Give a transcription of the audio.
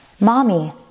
Mommy